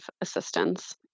assistance